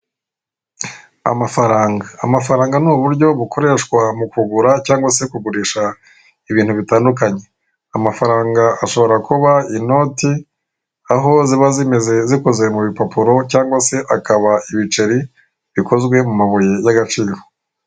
Amafaranga, amafaranga ni uburyo bukoreshwa mu kugura cyangwa se kugurisha ibintu bitandukanye. Amafaranga ashobora kuba inoti aho ziba zimeze zikozwe mu bipapuro cyangwa se akaba ibiceri bikozwe mu mabuye y'agaciro.